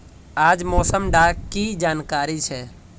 आज मौसम डा की जानकारी छै?